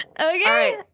Okay